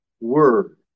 word